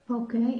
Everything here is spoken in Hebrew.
אוקיי.